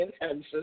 intention